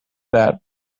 that